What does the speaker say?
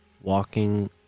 walking